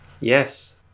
Yes